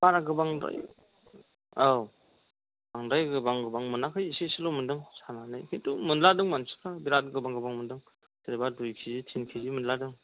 बारा गोबांद्राय औ बांद्राय गोबां गोबां मोनाखै एसे एसेल' मोनदों सानानै खिन्थु मोनलादों मानसिफ्रा बिराद गोबां गोबां मोनदों सोरबा दुइ केजि टिन केजि मोनलादों